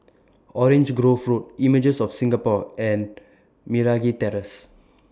Orange Grove Road Images of Singapore and Meragi Terrace